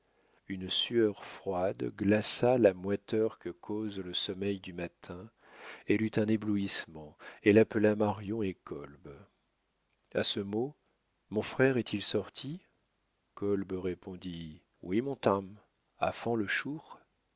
une sueur froide glaça la moiteur que cause le sommeil du matin elle eut un éblouissement elle appela marion et kolb a ce mot mon frère est-il sorti kolb répondit oui montame afant le chour